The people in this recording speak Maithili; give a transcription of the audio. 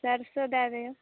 सरसों दय दियौ